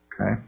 Okay